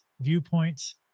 viewpoints